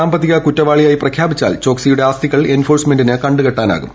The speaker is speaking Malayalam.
സാമ്പത്തിക കുറ്റവാളിയായി പ്രഖ്യാപിച്ചാൽ ചോക്സിയുടെ ആസ്തികൾ എൻഫോഴ്സ്മെന്റിന് കണ്ടു കെട്ടാനാകും